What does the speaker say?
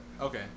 Okay